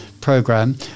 program